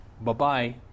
bye-bye